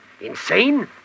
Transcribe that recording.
Insane